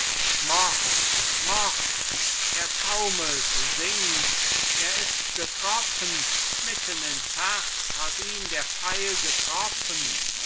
mord mord er taumelt sinkt er ist getroffen mitten ins herz hat ihn der pfeil getroffen